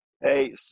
Hey